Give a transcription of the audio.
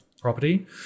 property